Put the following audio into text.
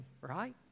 right